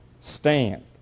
stand